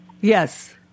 Yes